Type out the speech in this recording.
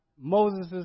Moses